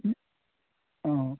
অঁ